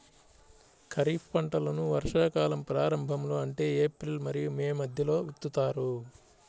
ఖరీఫ్ పంటలను వర్షాకాలం ప్రారంభంలో అంటే ఏప్రిల్ మరియు మే మధ్యలో విత్తుతారు